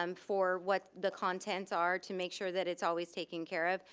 um for what the contents are to make sure that it's always taken care of.